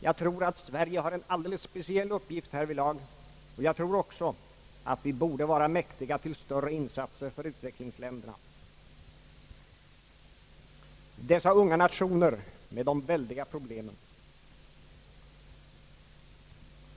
Jag tror att Sverige har en alldeles speciell uppgift härvidlag, och jag tror också att vi borde vara mäktiga till större insatser för utveck lingsländerna — dessa unga nationer med de väldiga problemen.